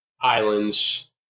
Islands